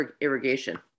irrigation